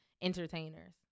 entertainers